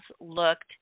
looked